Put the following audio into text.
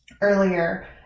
earlier